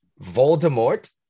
Voldemort